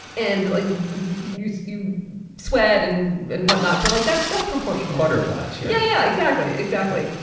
and like you you sweat and and whatnot. but like that's that's proportional. butterflies. yeah yeah exactly, exactly.